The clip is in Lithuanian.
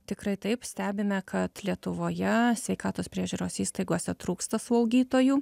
tikrai taip stebime kad lietuvoje sveikatos priežiūros įstaigose trūksta slaugytojų